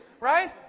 Right